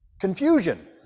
Confusion